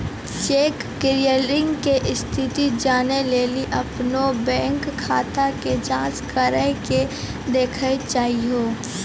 cheque clearing के स्थिति जानै लेली अपनो बैंक खाता के जांच करि के देखना चाहियो